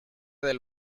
del